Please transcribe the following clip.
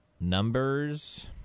Numbers